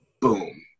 boom